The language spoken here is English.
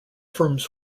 firms